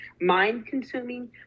mind-consuming